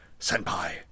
senpai